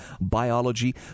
biology